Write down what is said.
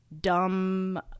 dumb